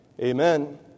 Amen